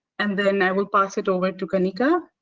and then i will pass it over to kanika